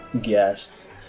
guests